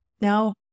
Now